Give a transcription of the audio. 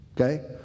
okay